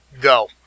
go